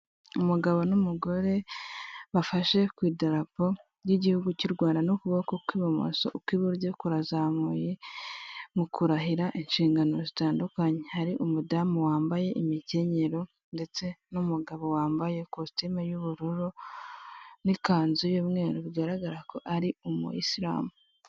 Umugabo n'umugore bafashe ku idarabo ry'igihugu cy' u Rwanda n'ukuboko kw'ibimoso ukw'iburyo kurazamuye mu kurahira inshingano zitandukanye, hari umudamu wambaye imikenyero ndetse n'umugabo wambaye kositime y'ubururu n'ikazu y'umweru bigaragara ko ari umuyisilamu.